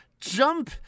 jump